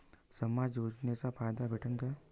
समाज योजनेचा फायदा भेटन का?